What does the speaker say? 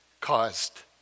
caused